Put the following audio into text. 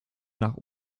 nach